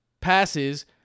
passes